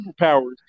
superpowers